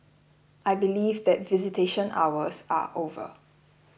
I believe that visitation hours are over